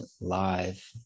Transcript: live